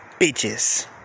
bitches